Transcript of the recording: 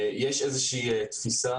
יש איזו תפיסה,